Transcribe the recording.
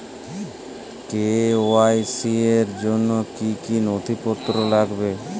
KYC র জন্য কি কি নথিপত্র লাগবে?